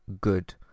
good